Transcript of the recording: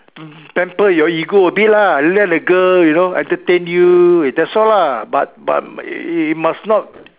pamper your ego a bit lah let the girl you know entertain you that's all lah but but you must not